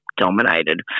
dominated